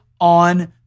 on